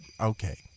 okay